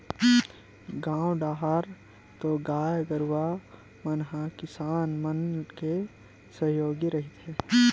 गाँव डाहर तो गाय गरुवा मन ह किसान मन के सहयोगी रहिथे